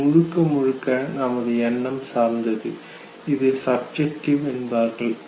இது முழுக்க முழுக்க நமது எண்ணம் சார்ந்தது இதை சப்ஜெக்டிவ் என்பார்கள்